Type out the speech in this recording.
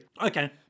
okay